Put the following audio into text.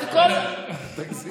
אל תגזים.